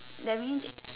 that means